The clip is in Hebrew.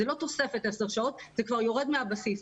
זה לא תוספת עשר שעות, זה כבר יורד מהבסיס.